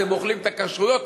אתם אוכלים את הכשרויות?